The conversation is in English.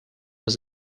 was